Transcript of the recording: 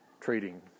trading